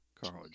College